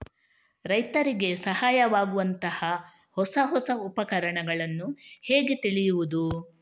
ರೈತರಿಗೆ ಸಹಾಯವಾಗುವಂತಹ ಹೊಸ ಹೊಸ ಉಪಕರಣಗಳನ್ನು ಹೇಗೆ ತಿಳಿಯುವುದು?